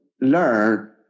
learn